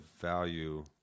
value